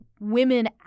women